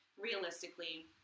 realistically